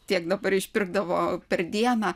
tiek dabar išpirkdavo per dieną